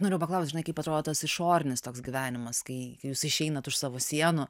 norėjau paklaust žinai kaip atrodo tas išorinis toks gyvenimas kai jūs išeinat už savo sienų